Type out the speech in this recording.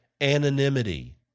anonymity